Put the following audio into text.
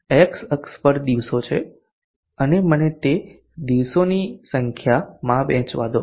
x અક્ષ પર દિવસો છે અને મને તે દિવસોની સંખ્યામાં વહેંચવા દો